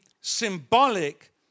symbolic